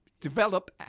develop